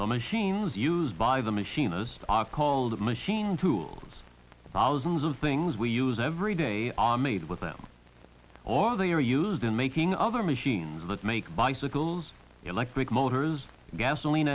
the machines used by the machinist are called machine tools thousands of things we use every day are made with them or they are used in making other machines that make bicycles electric motors gasoline